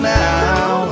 now